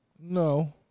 No